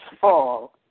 fall